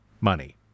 money